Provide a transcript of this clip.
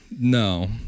No